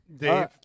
Dave